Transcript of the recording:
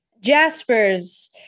Jaspers